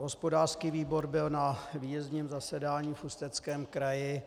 Hospodářský výbor byl na výjezdním zasedání v Ústeckém kraji.